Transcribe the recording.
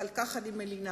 ועל כך אני מלינה.